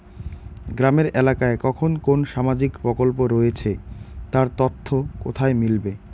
গ্রামের এলাকায় কখন কোন সামাজিক প্রকল্প রয়েছে তার তথ্য কোথায় মিলবে?